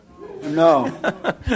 No